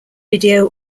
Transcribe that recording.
video